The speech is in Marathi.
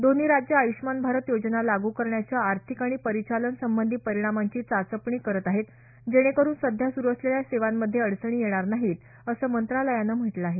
दोन्ही राज्यं आयुष्मान भारत योजना लागू करण्याच्या आर्थिक आणि परिचालन संबंधी परिणामांची चाचपणी करत आहेत जेणे करुन सध्या सुरु असलेल्या सेवांमध्ये अडचणी येणार नाहीत असं मंत्रालयानं म्हटलं आहे